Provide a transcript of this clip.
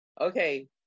Okay